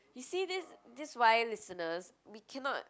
you see this this why listeners we cannot